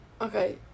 okay